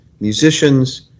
musicians